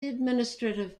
administrative